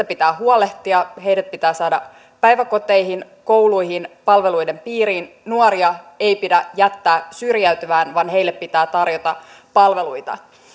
pitää huolehtia heidät pitää saada päiväkoteihin kouluihin palveluiden piirin nuoria ei pidä jättää syrjäytymään vaan heille pitää tarjota palveluita